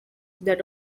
that